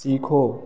सीखो